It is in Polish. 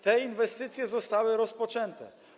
Te inwestycje zostały rozpoczęte.